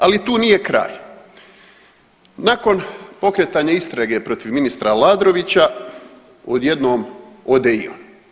Ali tu nije kraj, nakon pokretanja istraga protiv ministra Aladrovića odjednom ode i on.